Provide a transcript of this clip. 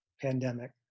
pandemic